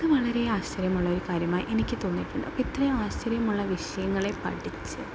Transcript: ഇത് വളരെ ആശ്ചര്യമുള്ളൊരു കാര്യമായി എനിക്ക് തോന്നിയിട്ടുണ്ട് അപ്പം ഇത്രയും ആശ്ചര്യമുള്ള വിഷയങ്ങളെ പഠിച്ച്